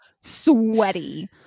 sweaty